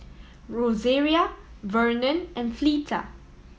Rosaria Vernon and Fleeta